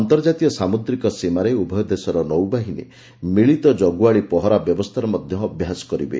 ଅନ୍ତର୍ଜାତିୟ ସାମୁଦ୍ରିକ ସୀମାରେ ଉଭୟ ଦେଶର ନୌବାହିନୀ ମିଳିତ କଗୁଆଳୀ ପହରା ବ୍ୟବସ୍ଥାର ମଧ୍ୟ ଅଭ୍ୟାସ କରିବେ